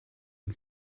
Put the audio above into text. and